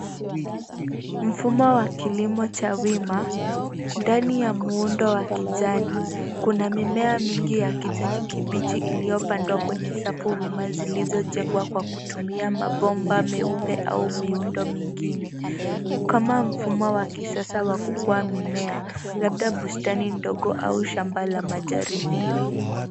Mfumo wa kilimo cha wima ndani ya muundo wa kijani. Kuna mimea mingi ya kijani kibichi iliyopandwa kwenye safu wima zilizojengwa kwa kutumia mabomba meupe au miundo mingine kama mfumo wa kisasa wa kukua mimea labda bustani ndogo au shamba la majaribio.